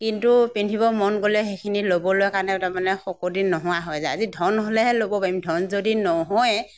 কিন্তু পিন্ধিব মন গ'লে সেইখিনি ল'বলৈ কাৰণে তাৰমানে শকতি নোহোৱা হৈ যায় আজি ধন হ'লেহে ল'ব পাৰিম ধন যদি নহয়ে